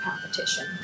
competition